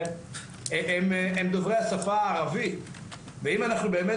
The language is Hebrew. הם דוברי השפה הערבית ואם אנחנו באמת